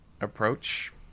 approach